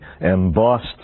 embossed